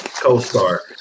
co-star